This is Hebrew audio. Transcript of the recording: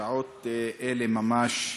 בשעות אלה ממש קרתה,